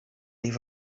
leave